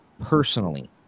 personally